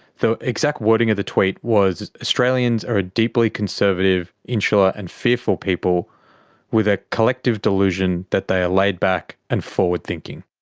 the exact wording of the tweet was australians are a deeply conservative, insular and fearful people with a collective delusion that they are laid back and forward thinking.